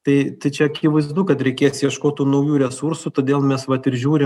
tai tai čia akivaizdu kad reikės ieškot tų naujų resursų todėl mes vat ir žiūrim